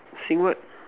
sing what